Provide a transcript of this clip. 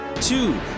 two